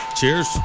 Cheers